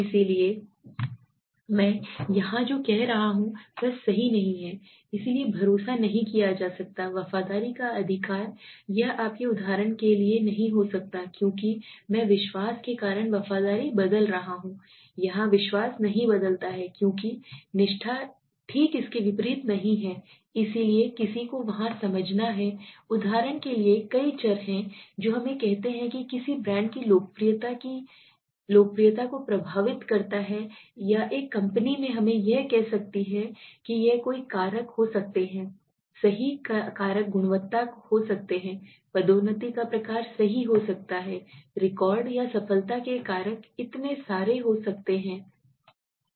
इसलिए मैं यहां जो कह रहा हूं वह सही नहीं है इसलिए भरोसा नहीं किया जा सकता है वफादारी का अधिकार यह आपके उदाहरण के लिए नहीं हो सकता है क्योंकि मैं विश्वास के कारण वफादारी बदल रहा हूं यहाँ विश्वास नहीं बदलता है क्योंकि निष्ठा ठीक इसके विपरीत नहीं है इसलिए किसी को वहाँ समझना है उदाहरण के लिए कई चर हैं जो हमें कहते हैं कि किसी ब्रांड की लोकप्रियता की लोकप्रियता को प्रभावित करता है या एक कंपनी हमें यह कह सकती है कि यह कई कारक हो सकते हैं सही कई कारक गुणवत्ता हो सकते हैं पदोन्नति का प्रकार सही हो सकता है रिकॉर्ड या सफलता के कारक इतने सारे हो सकते हैं चीजें हैं